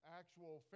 actual